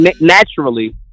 naturally